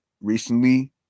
recently